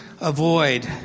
avoid